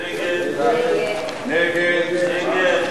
ההסתייגות של קבוצת סיעת חד"ש לשם החוק